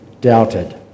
doubted